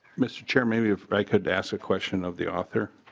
mr. chair maybe if i could ask a question of the author?